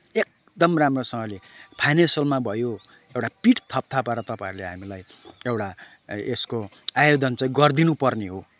एकदम राम्रोसँगले फाइनेनसियलमा भयो एउटा पिठ थपथपाएर तपाईँहरूले हामीलाई एउटा यसको आयोजन चाहिँ गरिदिनुपर्ने हो